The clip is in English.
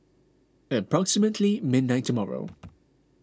approximately midnight tomorrow